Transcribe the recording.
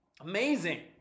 Amazing